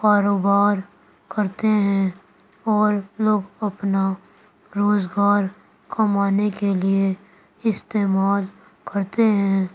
کاروبار کرتے ہیں اور لوگ اپنا روزگار کمانے کے لیے استعمال کرتے ہیں